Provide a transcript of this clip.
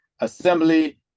assembly